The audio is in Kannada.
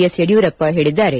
ಎಸ್ ಯಡಿಯೂರಪ್ಪ ಹೇಳಿದ್ದಾರೆ